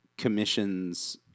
commissions